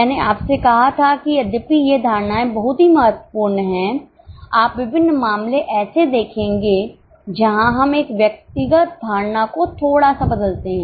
मैंने आपसे कहा था कि यद्यपि ये धारणाएँ बहुत ही महत्वपूर्ण हैं आप विभिन्न मामले ऐसे देखेंगे जहां हम एक व्यक्तिगत धारणा को थोड़ा सा बदलते हैं